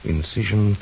Incision